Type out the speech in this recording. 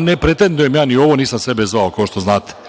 Ne pretendujem ja. Ni ovo nisam sebe zvao, kao što znate. Nigde